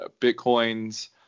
Bitcoins